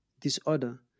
disorder